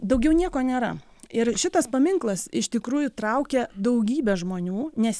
daugiau nieko nėra ir šitas paminklas iš tikrųjų traukia daugybę žmonių nes